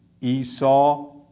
Esau